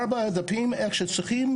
ארבעה דפים איך שצריכים,